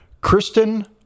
Kristen